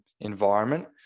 environment